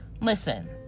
Listen